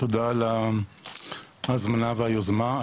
תודה על ההזמנה והיוזמה.